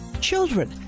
Children